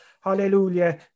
Hallelujah